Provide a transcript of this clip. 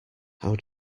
how